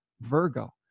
Virgo